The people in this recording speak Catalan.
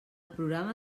programa